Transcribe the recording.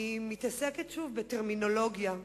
היא מתעסקת שוב בטרמינולוגיה,